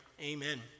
Amen